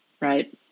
Right